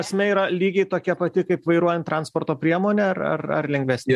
esmė yra lygiai tokia pati kaip vairuojant transporto priemonę ar ar ar lengvesnė